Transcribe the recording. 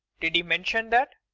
did he mention that?